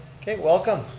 okay, welcome.